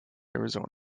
arizona